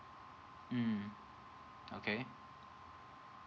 mm okay